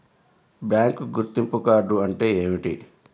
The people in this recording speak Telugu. బ్యాంకు గుర్తింపు కార్డు అంటే ఏమిటి?